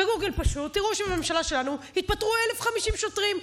בגוגל פשוט תראו שבממשלה שלנו התפטרו 1,050 שוטרים.